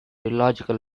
illogical